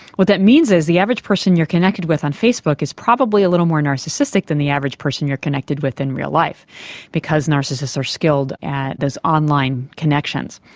what that means is the average person you're connected with on facebook is probably a little more narcissistic than the average person you're connected with in real life because narcissists are skilled at those online connections.